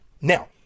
Now